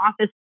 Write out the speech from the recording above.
office